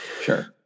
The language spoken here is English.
Sure